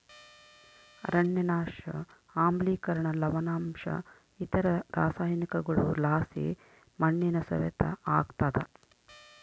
ಅರಣ್ಯನಾಶ ಆಮ್ಲಿಕರಣ ಲವಣಾಂಶ ಇತರ ರಾಸಾಯನಿಕಗುಳುಲಾಸಿ ಮಣ್ಣಿನ ಸವೆತ ಆಗ್ತಾದ